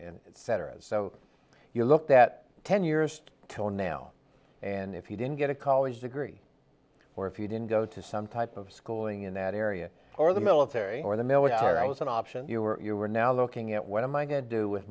federals so you looked at ten years till now and if you didn't get a college degree or if you didn't go to some type of schooling in that area or the military or the military i was an option you're now looking at what am i going to do with